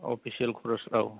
official खरस औ